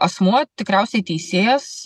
asmuo tikriausiai teisėjas